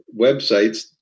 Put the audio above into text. websites